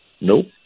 Nope